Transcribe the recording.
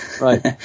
Right